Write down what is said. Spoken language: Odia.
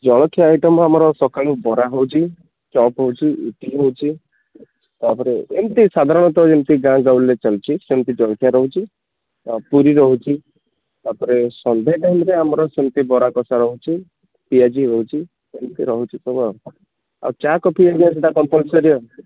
ଜଳଖିଆ ଆଇଟମ ଆମର ସକାଳୁ ବରା ହେଉଛି ଚପ୍ ହେଉଛି ଇଟିଲି ହେଉଛି ତା'ପରେଏମିତି ସାଧାରଣତଃ ଯେମିତି ଗାଁ ଗହଳିରେ ଚାଲିଛି ସେମିତି ଜଳଖିଆ ରହୁଛି ପୁରି ରହୁଛି ତାପରେ ସନ୍ଧ୍ୟା ଟାଇମରେ ଆମର ସେମିତି ବରା କଷା ରହୁଛି ପିଆଜି ରହୁଛି ଏମିତି ରହୁଛି ସବୁ ଆଉ ଆଉ ଚା' କଫି ସେଇଟା କମ୍ପଲସରି ଆଉ